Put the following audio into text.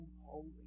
holy